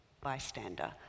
bystander